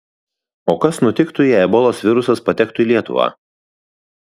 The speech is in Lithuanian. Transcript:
o kas nutiktų jei ebolos virusas patektų į lietuvą